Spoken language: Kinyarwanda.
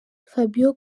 fabio